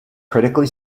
critically